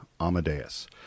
Amadeus